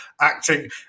acting